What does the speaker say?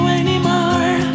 anymore